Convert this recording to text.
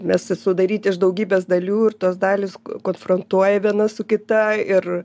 mes sudaryti iš daugybės dalių ir tos dalys konfrontuoja viena su kita ir